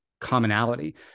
commonality